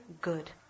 good